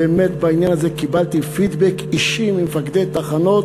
באמת בעניין הזה קיבלתי פידבק אישי ממפקדי תחנות,